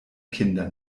kinder